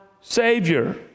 Savior